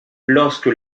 lorsque